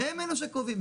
הם אלו שקובעים.